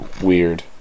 weird